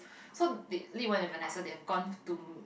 so did Lee-Wen and Venessa they have gone to